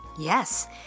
Yes